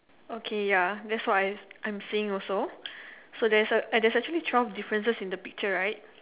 okay ya that's what I I'm seeing also so there's a uh there's actually twelve differences in the picture right